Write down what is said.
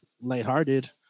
lighthearted